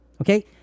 okay